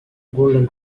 golden